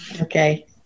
Okay